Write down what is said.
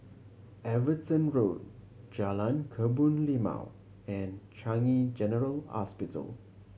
Everton Road Jalan Kebun Limau and Changi General Hospital